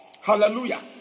Hallelujah